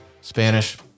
Spanish